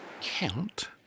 count